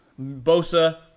Bosa